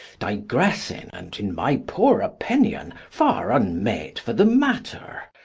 digressing, and, in my poor opinion, far unmeet for the matter,